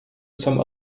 some